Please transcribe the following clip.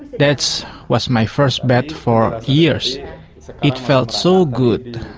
that's was my first bath for years it felt so good.